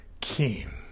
King